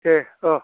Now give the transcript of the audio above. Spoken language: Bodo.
दे अ